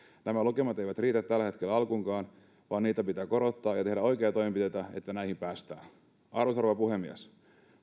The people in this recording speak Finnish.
nämä lukemat eivät riitä tällä hetkellä alkuunkaan vaan niitä pitää korottaa ja tehdä oikeita toimenpiteitä että näihin päästään arvoisa rouva puhemies